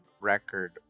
record